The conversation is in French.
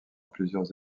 plusieurs